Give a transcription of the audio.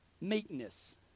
meekness